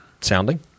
sounding